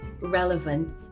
relevant